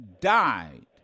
died